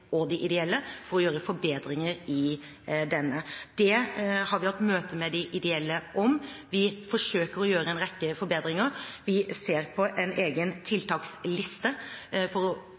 og de ideelle for å gjøre forbedringer i denne. Det har vi hatt møte med de ideelle om. Vi forsøker å gjøre en rekke forbedringer, vi ser på en egen tiltaksliste for å